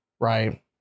Right